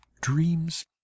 dreams